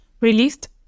released